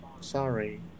sorry